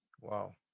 Wow